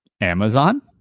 Amazon